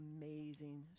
amazing